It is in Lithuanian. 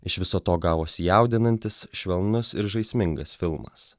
iš viso to gavosi jaudinantis švelnus ir žaismingas filmas